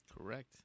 correct